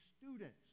students